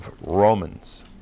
Romans